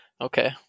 Okay